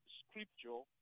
scripture